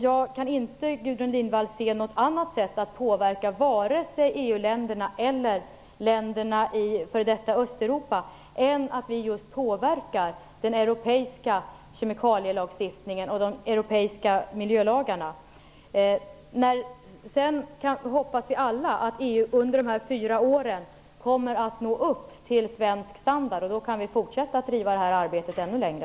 Jag kan inte se något annat sätt att kunna påverka vare sig EU-länderna eller länderna i f.d. Östeuropa än att vi just påverkar den europeiska kemikalielagstiftningen och de europeiska miljölagarna. Sedan hoppas vi alla att EU under de närmaste fyra åren kommer att nå upp till svensk standard. Då kan vi fortsätta att driva detta arbete ännu längre.